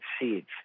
seeds